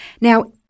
Now